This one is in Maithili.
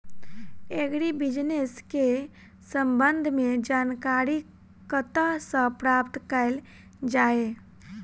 एग्री बिजनेस केँ संबंध मे जानकारी कतह सऽ प्राप्त कैल जाए?